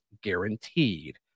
guaranteed